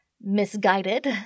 misguided